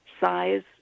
size